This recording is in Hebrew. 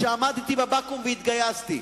כשעמדתי בבקו"ם והתגייסתי.